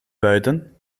buiten